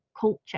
culture